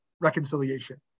reconciliation